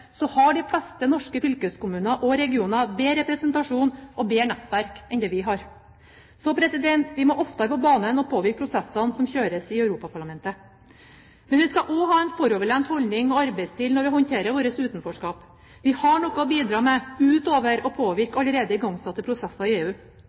har de fleste norske fylkeskommuner og regioner bedre representasjon og bedre nettverk enn det vi har. Så vi må oftere på banen og påvirke i prosessene som kjøres i Europaparlamentet. Men vi skal også ha en foroverlent holdning og arbeidsstil når vi håndterer vårt utenforskap. Vi har noe å bidra med utover det å